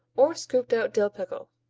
or scooped-out dill pickle.